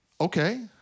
Okay